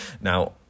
Now